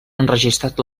enregistrat